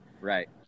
Right